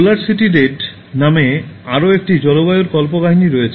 পোলার city red নামে আরও একটি জলবায়ুর কল্পকাহিনী রয়েছে